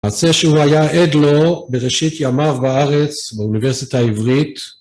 מעשה שהוא היה עד לו בראשית ימיו בארץ באוניברסיטה העברית.